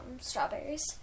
strawberries